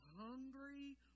hungry